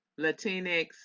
Latinx